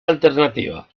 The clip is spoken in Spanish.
alternativa